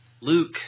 Luke